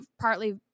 partly